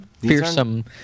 Fearsome